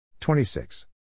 26